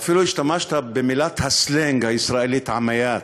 ואפילו השתמשת במילת הסלנג הישראלית "עמייאת",